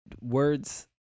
words